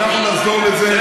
ואנחנו נחזור לזה.